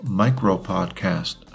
micro-podcast